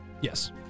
Yes